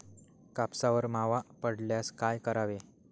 कापसावर मावा पडल्यास काय करावे?